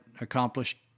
accomplished